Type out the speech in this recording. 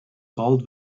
called